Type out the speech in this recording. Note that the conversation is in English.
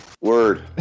Word